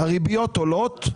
הריביות עולות.